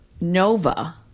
NOVA